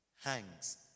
hangs